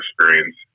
experience